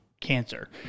cancer